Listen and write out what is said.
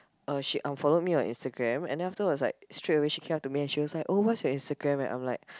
uh she unfollowed me on Instagram and then afterwards like straight away she came up to me and she was like oh what's your Instagram and I'm like